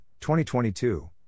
2022